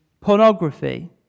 pornography